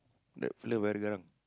that fellow very garang